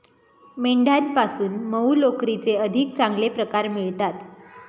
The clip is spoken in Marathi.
मेंढ्यांपासून मऊ लोकरीचे अधिक चांगले प्रकार मिळतात